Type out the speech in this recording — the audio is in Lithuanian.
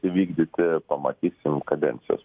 įvykdyti pamatysim kadencijos